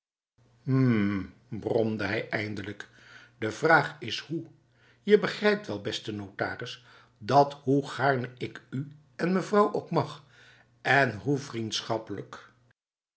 hm bromde hij eindelijk de vraag is hoe je begrijpt wel beste notaris dat hoe gaarne ik u en mevrouw ook mag en hoe